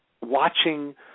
watching